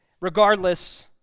Regardless